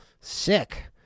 sick